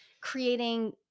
creating